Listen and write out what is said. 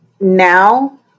now